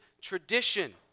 tradition